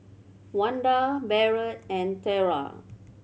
Wanda Barrett and Tera